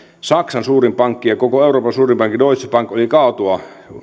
saksan suurin pankki ja koko euroopan suurin pankki deutsche bank oli kaatua